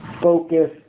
focus